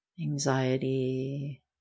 anxiety